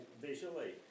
visually